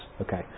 okay